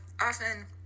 Often